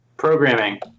Programming